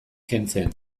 kentzen